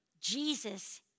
Jesus